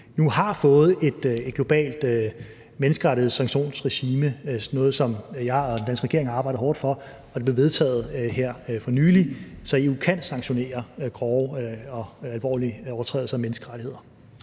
nu har fået et globalt menneskerettighedssanktionsregime – det er noget, som jeg og den danske regering har arbejdet hårdt for, og det blev vedtaget her for nylig – så EU kan sanktionere grove og alvorlige overtrædelser af menneskerettigheder.